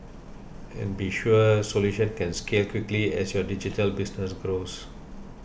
and be sure solution can scale quickly as your digital business grows